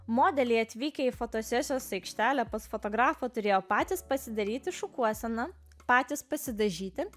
modeliai atvykę į fotosesijos aikštelę pas fotografą turėjo patys pasidaryti šukuoseną patys pasidažyti